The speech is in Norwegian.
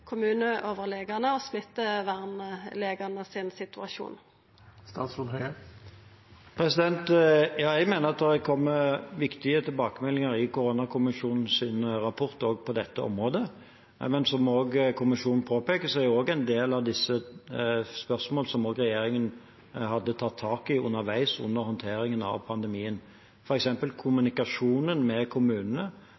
Jeg mener at det har kommet viktige tilbakemeldinger i koronakommisjonens rapport også på dette området. Som kommisjonen påpeker, er også en del av disse spørsmål som regjeringen hadde tatt tak i underveis under håndteringen av pandemien,